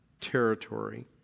territory